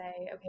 okay